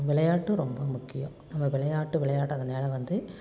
விளையாட்டு ரொம்ப முக்கியம் நம்ம விளையாட்டு விளையாடுறதுனால வந்து